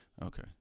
Okay